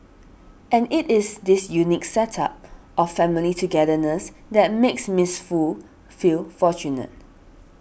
and it is this unique set up of family togetherness that makes Miss Foo feel fortunate